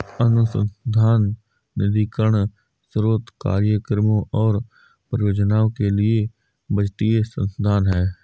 अनुसंधान निधीकरण स्रोत कार्यक्रमों और परियोजनाओं के लिए बजटीय संसाधन है